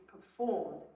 performed